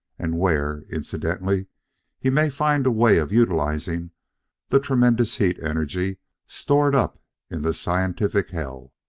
and where, incidentally he may find a way of utilising the tremendous heat energy stored up in the scientific hell.